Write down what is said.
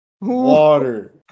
Water